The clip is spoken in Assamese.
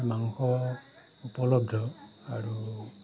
মাংস উপলব্ধ আৰু